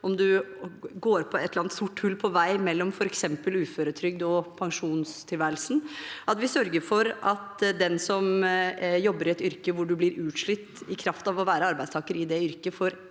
sort hull på vei mellom f.eks. uføretrygd og pensjonstilværelse. Vi sørger for at de som jobber i et yrke hvor man blir utslitt i kraft av å være arbeidstaker i det yrket, får